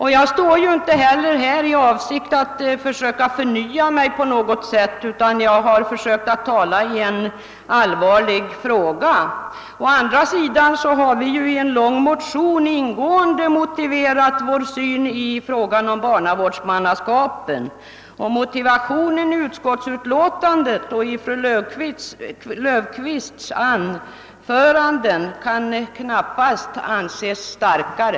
Jag står inte heller här i avsikt att förnya mig utan jag har försökt tala i en allvarlig fråga. Dessutom har vi i en utförlig motion ingående motiverat vår syn på barnavårdsmannaskapet, och de motiv som anförs i utskottsutlåtandet och i fru Löfqvists anförande kan knappast anses starkare.